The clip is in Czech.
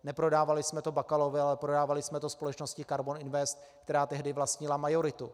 Neprodávali jsme to Bakalovi, ale prodávali jsme to společnosti Karbon Invest, která tehdy vlastnila majoritu.